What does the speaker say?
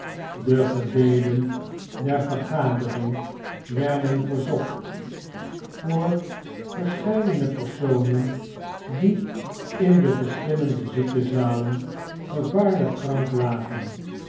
de gebeden der vergadering werden verzocht voor verscheidene personen die in de verschillende ziekenzalen gevaariyk krank lagen